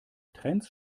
trends